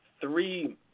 three